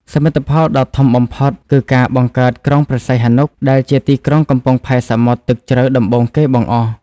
សមិទ្ធផលដ៏ធំបំផុតគឺការបង្កើតក្រុងព្រះសីហនុ ដែលជាទីក្រុងកំពង់ផែសមុទ្រទឹកជ្រៅដំបូងគេបង្អស់។